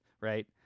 right